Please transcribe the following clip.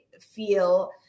feel